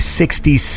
sixty